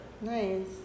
Nice